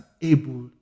able